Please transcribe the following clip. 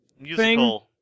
musical